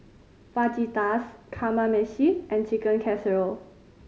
Fajitas Kamameshi and Chicken Casserole